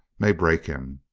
may break him.